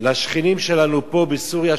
לשכנים שלנו פה בסוריה,